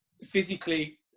physically